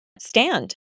stand